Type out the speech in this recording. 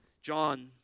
John